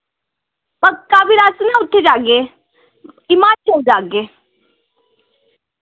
पक्का फिर अस ना उत्थे जागे हिमाचल जागे